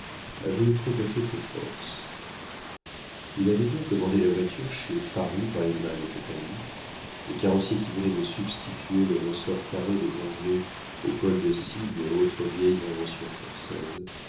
avait outrepassé ses forces il avait bien commandé la voiture chez farry breilmann et compagnie les carrossiers qui venaient de substituer les ressorts carrés des anglais aux cols de cygne et autres vieilles inventions françaises